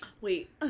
Wait